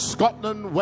Scotland